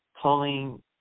pulling